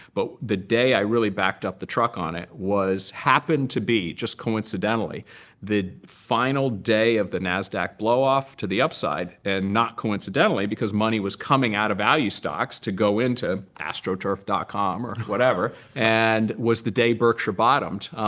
but the day i really backed up the truck on it happened to be just coincidentally the final day of the nasdaq blowoff to the upside and not coincidentally, because money was coming out of value stocks to go into astroturf dot com or whatever and was the day berkshire bottomed.